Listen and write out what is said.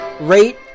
rate